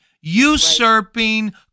usurping